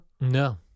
No